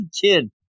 kid